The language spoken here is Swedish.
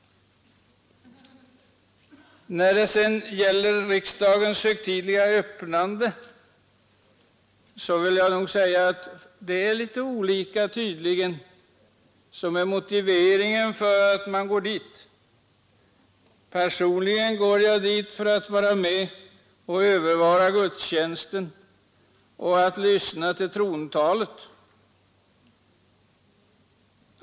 När det gäller riksdagens högtidliga öppnande, som herr Lothigius nämnde, vill jag säga att det tydligen finns olika motiveringar för att gå dit. Personligen går jag dit för att övervara gudstjänsten och för att lyssna till trontalet.